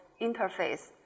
interface